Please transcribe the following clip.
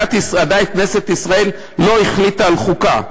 עדיין כנסת ישראל לא החליטה על חוקה,